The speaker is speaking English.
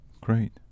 Great